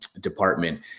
department